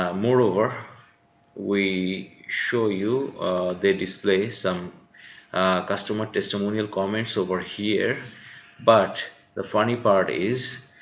ah moreover we show you they display some customer testimonial comments over here but the funny part is